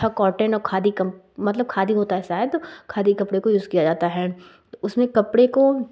अच्छा कॉटन और खादी कम मतलब खादी होता है शायद खादी कपड़े का यूज़ किया जाता है तो उसमें कपड़े को